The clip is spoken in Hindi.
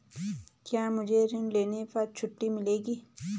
क्या मुझे ऋण लेने पर छूट मिलेगी?